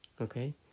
okay